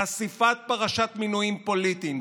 חשיפת פרשת מינויים פוליטיים,